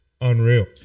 unreal